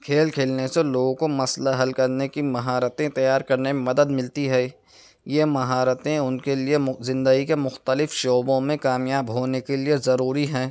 کھیل کھیلنے سے لوگوں کو مسئلہ حل کرنے کی مہارتیں تیار کرنے میں مدد ملتی ہے یہ مہارتیں ان کے لئے زندگی کے مختلف شعبوں میں کامیاب ہونے کے لئے ضروری ہیں